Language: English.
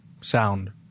sound